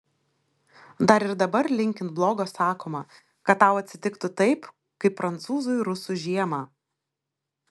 dar ir dabar linkint blogo sakoma kad tau atsitiktų taip kaip prancūzui rusų žiemą